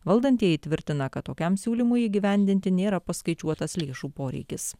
valdantieji tvirtina kad tokiam siūlymui įgyvendinti nėra paskaičiuotas lėšų poreikis